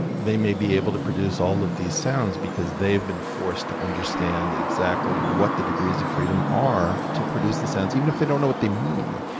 but they may be able to produce all of these sounds because they have been forced to understand exactly what the degrees of freedom are to produce the sounds, even if they don't know what they mean.